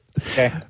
Okay